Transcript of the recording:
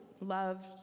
loved